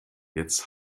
jetzt